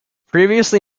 previously